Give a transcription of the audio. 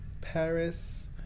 paris